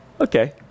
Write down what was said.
Okay